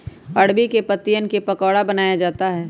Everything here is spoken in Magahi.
अरबी के पत्तिवन क पकोड़ा बनाया जाता है